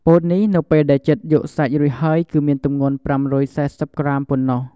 ពោតនេះនៅពេលដែលចិតយកសាច់រួចហើយគឺមានទម្ងន់ ៥៤០ក្រាម ប៉ុណ្ណោះ។